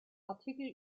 artikel